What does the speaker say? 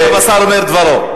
עכשיו השר אומר את דברו.